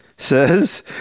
Says